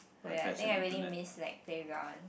oh ya I think I really missed like playgrounds